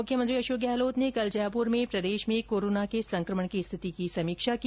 मुख्यमंत्री अशोक गहलोत ने कल जयपुर में प्रदेश में कोरोना के संक्रमण की स्थिति की समीक्षा की